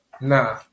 Nah